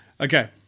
Okay